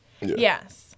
Yes